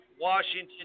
Washington